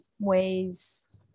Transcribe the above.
ways